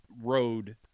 road